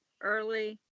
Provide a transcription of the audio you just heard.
early